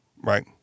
right